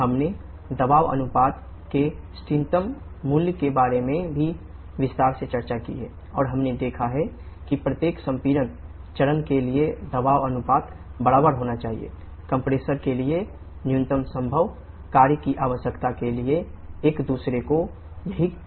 हमने दबाव अनुपात के इष्टतम मूल्य के बारे में भी विस्तार से चर्चा की है और हमने देखा है कि कंप्रेसर के लिए न्यूनतम संभव कार्य की आवश्यकता के लिए संपीड़न चरण के प्रत्येक के लिए दबाव अनुपात एक दूसरे के बराबर होना चाहिए